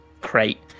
crate